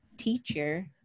teacher